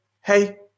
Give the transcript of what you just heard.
Hey